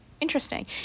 interesting